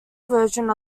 version